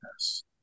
Yes